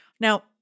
Now